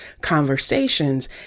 conversations